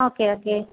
okay okay